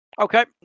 Okay